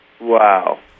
Wow